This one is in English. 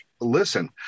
listen